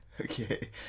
Okay